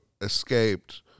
escaped